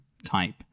type